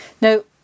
Now